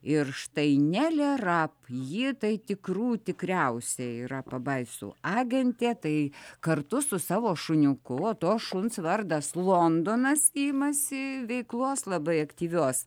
ir štai nelė rap ji tai tikrų tikriausia yra pabaisų agentė tai kartu su savo šuniuku o to šuns vardas londonas imasi veiklos labai aktyvios